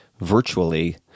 virtually